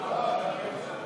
לוועדת העבודה,